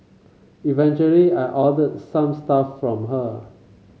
eventually I ordered some stuff from her